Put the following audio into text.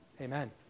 Amen